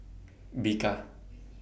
Bika